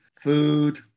food